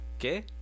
okay